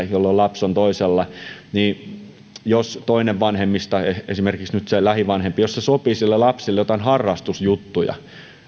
jolloin lapsi on toisella ja jos toinen vanhemmista esimerkiksi nyt se lähivanhempi sopii lapselle joitain harrastusjuttuja